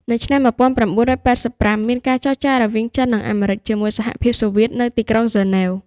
នៅឆ្នាំ ១៩៨៥ មានការចរចារវាង ចិន និងអាមេរិច ជាមួយសហភាពសូវៀត នៅទីក្រុងហ្សឺណែវ។